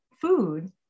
food